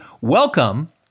welcome